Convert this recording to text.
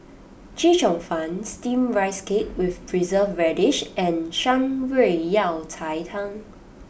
Chee Cheong Fun Steamed Rice Cake with Preserved Radish and Shan Rui Yao Cai Tang